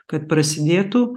kad prasidėtų